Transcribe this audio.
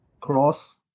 cross